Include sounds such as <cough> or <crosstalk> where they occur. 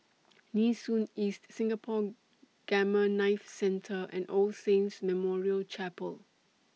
<noise> Nee Soon East Singapore Gamma Knife Centre and All Saints Memorial Chapel